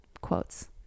quotes